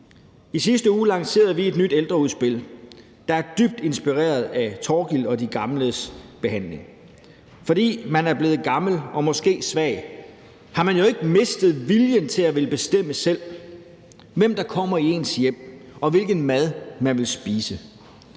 I sidste uge lancerede vi et nyt ældreudspil, der er dybt inspireret af Thorkild og af behandlingen af de gamle. Fordi man er blevet gammel og måske svag, har man jo ikke mistet viljen til at ville bestemme selv, hvem der kommer i ens hjem, og hvilken mad man vil spise.